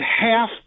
half